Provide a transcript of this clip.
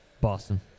Boston